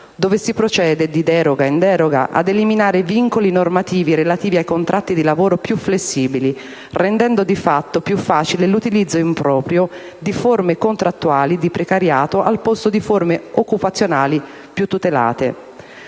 dove si procede, di deroga in deroga, ad eliminare vincoli normativi relativi ai contratti di lavoro più flessibili, rendendo di fatto più facile l'utilizzo improprio di forme contrattuali di precariato al posto di forme occupazionali più tutelate.